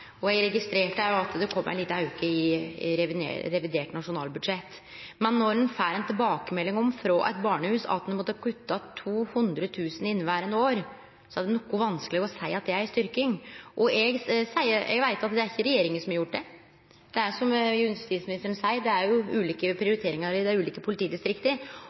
og eg registrerte at det kom ein liten auke i revidert nasjonalbudsjett, men når ein får tilbakemelding frå eit barnehus om at dei måtte kutte 200 000 kr i inneverande år, er det noko vanskeleg å seie at det er ei styrking. Eg veit at det ikkje er regjeringa som har gjort det, det er som justisministeren seier, på grunn av ulike prioriteringar i dei ulike politidistrikta,